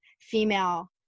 female